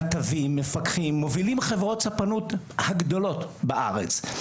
נתבים, מפקחים, מובילים חברות ספנות הגדולות בארץ.